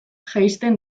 jaisten